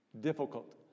difficult